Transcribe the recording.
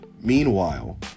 Meanwhile